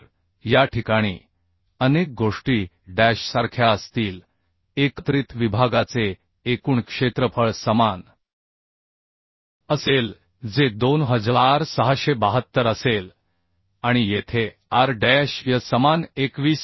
तर या ठिकाणी अनेक गोष्टी डॅशसारख्या असतील एकत्रित विभागाचे एकूण क्षेत्रफळ समान असेल जे 2672 असेल आणि येथे r डॅश y समान 21